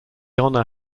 honor